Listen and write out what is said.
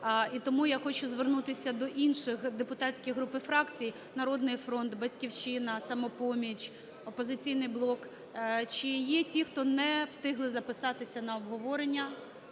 І тому я хочу звернутися до інших депутатських груп і фракцій: "Народний фронт", "Батьківщина", "Самопоміч", "Опозиційний блок". Чи є ті, хто не встигли записатися на обговорення